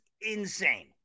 insane